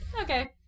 okay